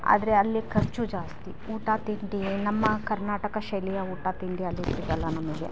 ಆದರೆ ಅಲ್ಲಿ ಖರ್ಚು ಜಾಸ್ತಿ ಊಟ ತಿಂಡಿ ನಮ್ಮ ಕರ್ನಾಟಕ ಶೈಲಿಯ ಊಟ ತಿಂಡಿ ಅಲ್ಲಿ ಸಿಗಲ್ಲ ನಮಗೆ